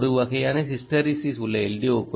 அதில் ஒரு வகையான ஹிஸ்டெரிசிஸ் உள்ள எல்